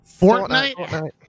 Fortnite